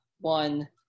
One